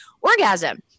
orgasm